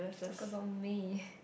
talk about me